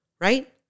right